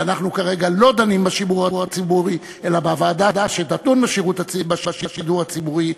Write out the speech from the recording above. ואנחנו כרגע לא דנים בשידור הציבורי אלא בוועדה שתדון בשידור הציבורי,